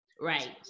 Right